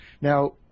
Now